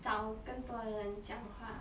找更多人讲话